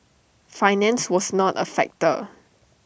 finance was not A factor